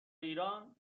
ایران